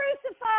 crucified